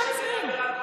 בואו נדבר.